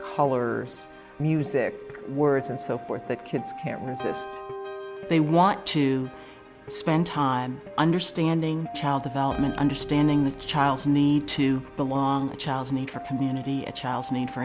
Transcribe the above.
colors music words and so forth that kids can't resist they want to spend time understanding child development understanding the child's need to belong a child's need for community a child's name for